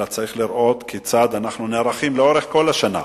אלא צריך לראות כיצד אנחנו נערכים לאורך כל השנה.